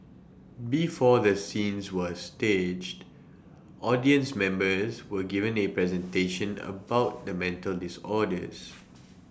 before the scenes were staged audience members were given A presentation about the mental disorders